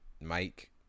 Mike